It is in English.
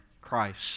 Christ